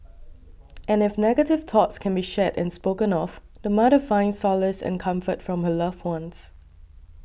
and if negative thoughts can be shared and spoken of the mother finds solace and comfort from her loved ones